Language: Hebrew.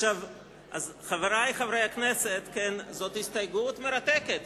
חברי חברי הכנסת, זאת הסתייגות מרתקת.